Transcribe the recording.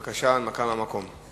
בבקשה, הנמקה מהמקום.